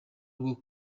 rwo